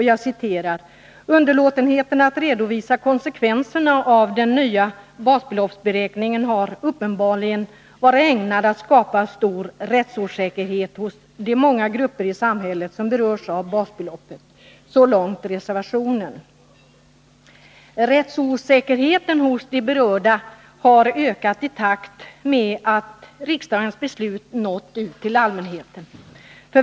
Jag citerar: ”Underlåtenheten att redovisa konsekvenserna av den nya basbeloppsberäkningen har uppenbarligen varit ägnad att skapa stor rättsosäkerhet hos de många grupper i samhället som berörs av basbeloppet.” Rättsosäkerheten hos de berörda har ökat i takt med att riksdagens beslut nått ut till allmänheten.